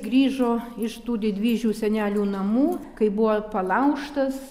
grįžo iš tų didvyžių senelių namų kai buvo palaužtas